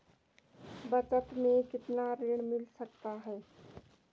बचत मैं कितना ऋण मिल सकता है?